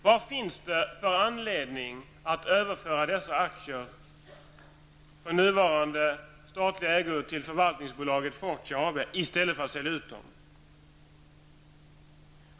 Vad finns det för anledning att överföra dessa aktier från nuvarande statlig ägo till Förvaltningsaktiebolaget Fortia i stället för att sälja ut dem?